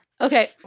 Okay